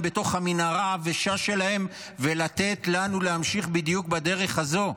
בתוך המנהרה העבשה שלהם ולתת לנו להמשיך בדיוק בדרך הזו.